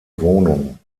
wohnung